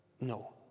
No